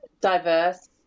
diverse